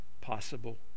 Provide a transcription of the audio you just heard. possible